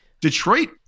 Detroit –